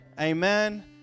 Amen